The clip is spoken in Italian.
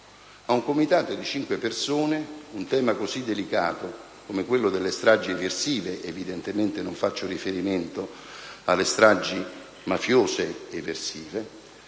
ad un Comitato di cinque persone un tema così delicato come quello delle stragi eversive (evidentemente non faccio riferimento alle stragi mafiose eversive),